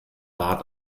bat